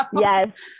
Yes